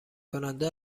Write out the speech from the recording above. کننده